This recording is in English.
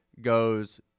goes